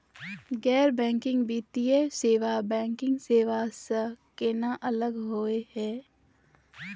गैर बैंकिंग वित्तीय सेवाएं, बैंकिंग सेवा स केना अलग होई हे?